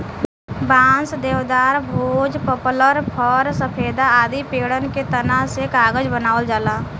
बांस, देवदार, भोज, पपलर, फ़र, सफेदा आदि पेड़न के तना से कागज बनावल जाला